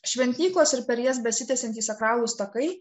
šventyklos ir per jas besitęsiantys sakralūs takai